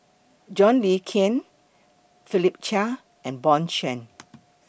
John Le Cain Philip Chia and Bjorn Shen